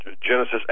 Genesis